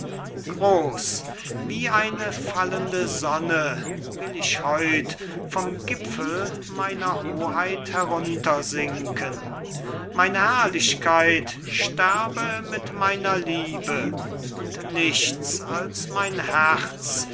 groß wie eine fallende sonne will ich heut vom gipfel meiner hoheit heruntersinken meine herrlichkeit sterbe mit meiner liebe und nichts als mein herz